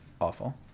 awful